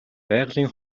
байгалийн